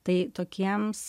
tai tokiems